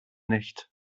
nicht